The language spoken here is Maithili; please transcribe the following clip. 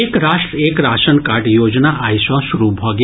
एक राष्ट्र एक राशन कार्ड योजना आइ सँ शुरू भऽ गेल